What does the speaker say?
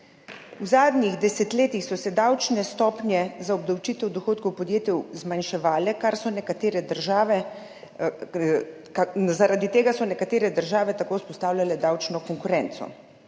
V zadnjih desetletjih so se davčne stopnje za obdavčitev dohodkov v podjetju zmanjševale, zaradi tega so nekatere države tako vzpostavljale davčno konkurenco.